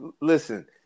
listen